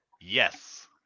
Yes